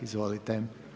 Izvolite.